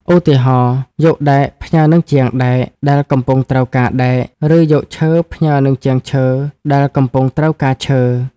ឧទាហរណ៍ យកដែក ផ្ញើនឹងជាងដែក ដែលកំពុងត្រូវការដែក ឬយកឈើ ផ្ញើនឹងជាងឈើ ដែលកំពុងត្រូវការឈើ។